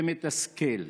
זה מתסכל.